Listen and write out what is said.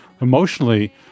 emotionally